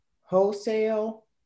wholesale